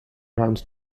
around